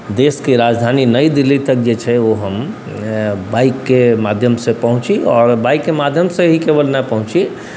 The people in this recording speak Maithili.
देशके राजधानी नइ दिल्ली तक जे छै ओ हम बाइकके माध्यमसँ पहुँची आओर बाइकके माध्यमसँ ही केवल नहि पहुँची